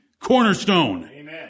cornerstone